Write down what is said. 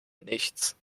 nichts